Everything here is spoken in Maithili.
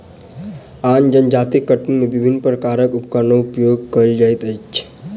आन जजातिक कटनी मे विभिन्न प्रकारक उपकरणक प्रयोग कएल जाइत अछि